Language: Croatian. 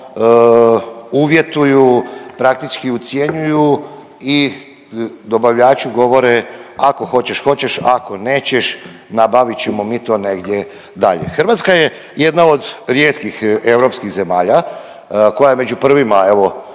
uvjetuju, praktički ucjenjuju i dobavljaču govore „ako hoćeš hoćeš, ako nećeš nabavit ćemo mi to negdje dalje.“ Hrvatska je jedna od rijetkih europskih zemalja koja je među prvima evo